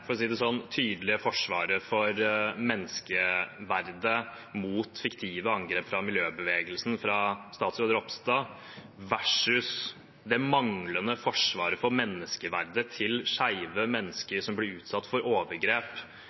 for å si det sånn – tydelige forsvaret for menneskeverdet mot fiktive angrep fra miljøbevegelsen fra statsråd Ropstad versus det manglende forsvaret for menneskeverdet til skeive mennesker som blir utsatt for overgrep